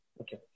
Okay